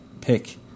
pick